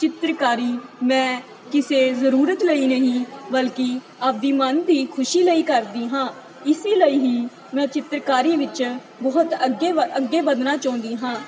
ਚਿੱਤਰਕਾਰੀ ਮੈਂ ਕਿਸੇ ਜ਼ਰੂਰਤ ਲਈ ਨਹੀਂ ਬਲਕਿ ਆਪਦੀ ਮਨ ਦੀ ਖੁਸ਼ੀ ਲਈ ਕਰਦੀ ਹਾਂ ਇਸੀ ਲਈ ਹੀ ਮੈਂ ਚਿੱਤਰਕਾਰੀ ਵਿੱਚ ਬਹੁਤ ਅੱਗੇ ਵ ਅੱਗੇ ਵਧਣਾ ਚਾਹੁੰਦੀ ਹਾਂ